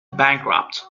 bankrupt